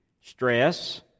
Stress